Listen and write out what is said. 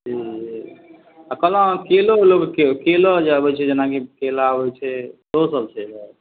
आ कहलहुँ हन केलो उलोके केलो जे अबय छै जेनाकि केला होइ छै ओहो सब छै गाछ